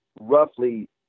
roughly